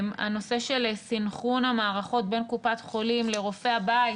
הנושא של סנכרון המערכות בין קופת חולים לרופא הבית,